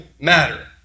matter